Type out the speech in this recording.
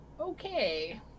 Okay